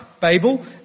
Babel